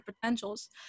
potentials